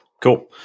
cool